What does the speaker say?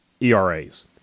ERAs